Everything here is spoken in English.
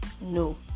no